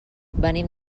venim